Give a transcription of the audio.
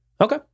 Okay